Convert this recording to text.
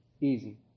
Easy